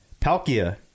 Palkia